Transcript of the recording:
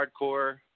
hardcore